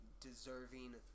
deserving